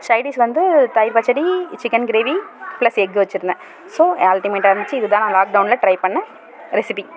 side dish வந்து தயிர் பச்சடி சிக்கன் கிரேவி ப்ளாஸ் எக் வச்சியிருந்தன் ஸோ அல்டிமேட்டாக இருந்துச்சு இது தான் நாங்கள் லாக்டவுனில் ட்ரை பண்ண ரெசிபி